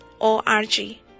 o-r-g